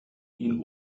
ihn